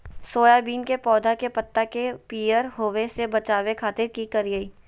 Soybean के पौधा के पत्ता के पियर होबे से बचावे खातिर की करिअई?